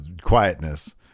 quietness